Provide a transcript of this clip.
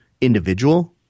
individual